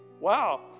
Wow